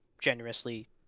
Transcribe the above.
generously